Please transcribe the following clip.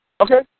Okay